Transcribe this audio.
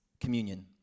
communion